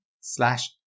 slash